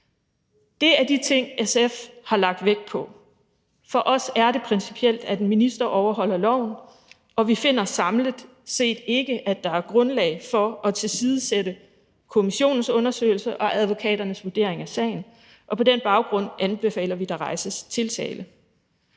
Det er de ting, SF har lagt vægt på. For os er det principielt, at en minister overholder loven, og vi finder samlet set ikke, at der er grundlag for at tilsidesætte kommissionens undersøgelse og advokaternes vurdering af sagen. På den baggrund anbefaler vi, at der rejses tiltale.